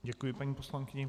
Děkuji paní poslankyni.